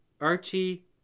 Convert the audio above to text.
Archie